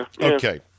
Okay